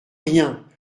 rien